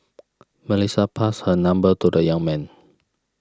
Melissa passed her number to the young man